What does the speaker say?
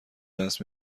دست